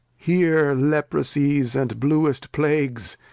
here leaprosies and bluest plagues!